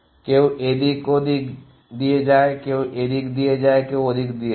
কেউ এদিক দিয়ে যায় কেউ ওদিক দিয়ে যায় কেউ এদিক দিয়ে যায়